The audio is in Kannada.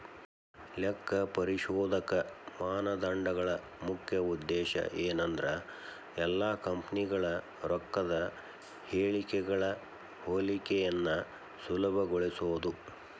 ಲೆಕ್ಕಪರಿಶೋಧಕ ಮಾನದಂಡಗಳ ಮುಖ್ಯ ಉದ್ದೇಶ ಏನಂದ್ರ ಎಲ್ಲಾ ಕಂಪನಿಗಳ ರೊಕ್ಕದ್ ಹೇಳಿಕೆಗಳ ಹೋಲಿಕೆಯನ್ನ ಸುಲಭಗೊಳಿಸೊದು